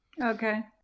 Okay